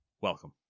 Welcome